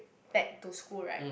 back to school right